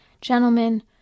gentlemen